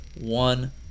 one